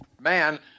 man